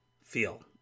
feel